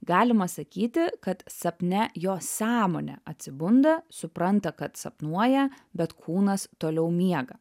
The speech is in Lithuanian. galima sakyti kad sapne jo sąmonė atsibunda supranta kad sapnuoja bet kūnas toliau miega